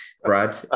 Brad